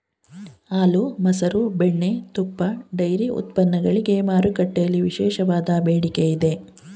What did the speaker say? ಹಾಲು, ಮಸರು, ಬೆಣ್ಣೆ, ತುಪ್ಪ, ಡೈರಿ ಉತ್ಪನ್ನಗಳಿಗೆ ಮಾರುಕಟ್ಟೆಯಲ್ಲಿ ವಿಶೇಷವಾದ ಬೇಡಿಕೆ ಇದೆ